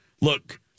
look